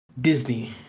disney